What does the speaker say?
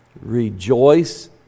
rejoice